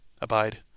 Abide